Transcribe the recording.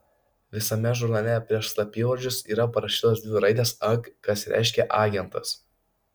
visame žurnale prieš slapyvardžius yra parašytos dvi raidės ag kas reiškia agentas